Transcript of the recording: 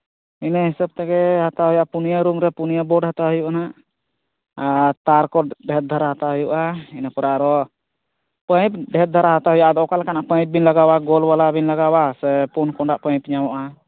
ᱤᱱᱟᱹ ᱦᱤᱥᱟᱹᱵ ᱛᱮᱜᱮ ᱦᱟᱛᱟᱣ ᱦᱩᱭᱩᱜᱼᱟ ᱯᱩᱱᱭᱟᱹ ᱨᱩᱢ ᱨᱮ ᱯᱩᱱᱭᱟᱹ ᱵᱳᱨᱰ ᱨᱮ ᱦᱟᱛᱟᱣ ᱦᱩᱭᱩᱜᱼᱟ ᱦᱟᱸᱜ ᱟᱨ ᱛᱟᱨ ᱠᱚ ᱰᱷᱮᱨ ᱫᱷᱟᱨᱟ ᱦᱟᱛᱟᱣ ᱦᱩᱭᱩᱜᱼᱟ ᱤᱱᱟᱹ ᱯᱚᱨᱮ ᱟᱨᱚ ᱯᱟᱹᱭᱤᱯ ᱰᱷᱮᱨ ᱫᱷᱟᱨᱟ ᱦᱟᱛᱟᱣ ᱦᱩᱭᱩᱜᱼᱟ ᱟᱫᱚ ᱚᱠᱟ ᱞᱮᱠᱟᱱᱟᱜ ᱯᱟᱹᱭᱤᱯ ᱵᱤᱱ ᱞᱟᱜᱟᱣᱟ ᱜᱳᱞ ᱵᱟᱞᱟ ᱵᱤᱱ ᱞᱟᱜᱟᱣᱟ ᱥᱮ ᱯᱳᱱ ᱠᱚᱱᱟᱜ ᱯᱟᱹᱭᱤᱯ ᱧᱟᱢᱚᱜᱼᱟ